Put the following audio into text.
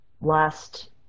last